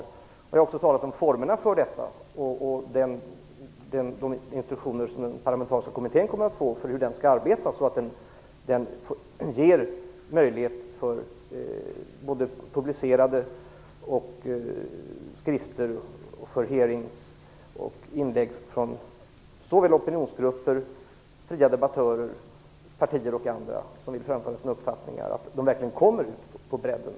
Jag har också talat om formerna för detta, om de instruktioner som den parlamentariska kommittén kommer att få och hur den skall arbeta så att den ger möjlighet för publicerande av skrifter, för hearings och för inlägg från opinionsgrupper, fria debattörer, partier och andra som vill framföra sina uppfattningar, att de kommer på bredden.